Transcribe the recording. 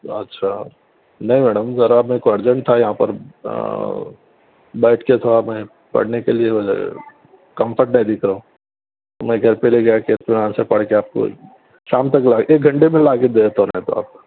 اچھا نہیں میڈم ذرا میرے کو ارجینٹ تھا یہاں پر بیٹھ کے تھوڑا میں پڑھنے کے لئے جو ہے کمفرٹ نہیں دِکھ رہا میں گھر پہ لے جا کے اطمینان سے پڑھ کے آپ کو شام تک لا ایک گھنٹے میں لا کے دے دیتا ہوں نہیں تو آپ